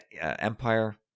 Empire